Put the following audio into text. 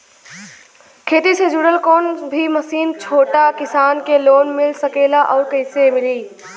खेती से जुड़ल कौन भी मशीन छोटा किसान के लोन मिल सकेला और कइसे मिली?